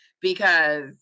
because-